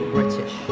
British